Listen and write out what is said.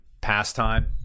pastime